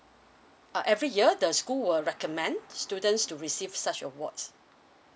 uh every year the school will recommend students to receive such awards